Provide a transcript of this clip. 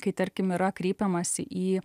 kai tarkim yra kreipiamasi į